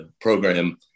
program